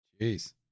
Jeez